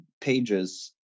pages